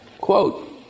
quote